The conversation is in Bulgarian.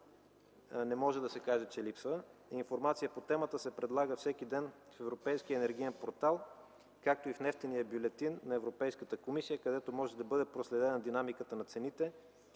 не може да се каже, че липсва. Информация по темата се предлага всеки ден в Европейския енергиен портал, както и в Нефтения бюлетин на Европейската комисия, където може да бъде проследена динамиката на цените